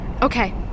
Okay